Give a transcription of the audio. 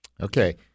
Okay